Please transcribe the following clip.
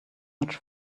much